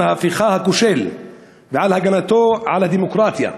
ההפיכה הכושל ועל הגנתם על הדמוקרטיה.